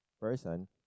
person